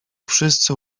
wszyscy